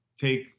take